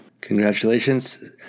Congratulations